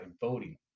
voting